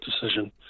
decision